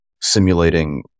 simulating